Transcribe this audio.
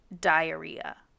diarrhea